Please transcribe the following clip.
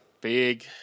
Big